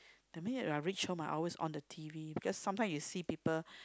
that mean when I reach home ah I always on the T_V because sometimes you see people